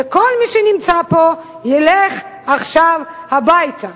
וכל מי שנמצא פה עכשיו ילך הביתה.